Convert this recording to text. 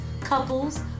couples